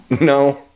No